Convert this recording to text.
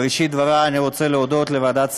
כבוד השרים, אני רוצה להודות לוועדת השרים,